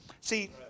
See